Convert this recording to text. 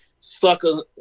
sucker